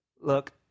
Look